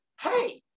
hey